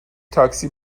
تاکسی